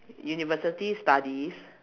university studies